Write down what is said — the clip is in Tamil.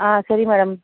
ஆ சரி மேடம்